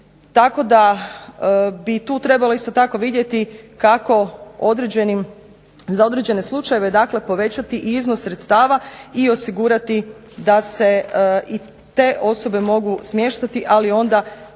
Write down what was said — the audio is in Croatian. Tako da bi tu trebalo isto tako vidjeti kako za određene slučajeve dakle povećati iznos sredstava i osigurati da se i te osobe mogu smještati, ali onda